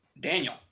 Daniel